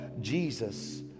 Jesus